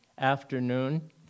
afternoon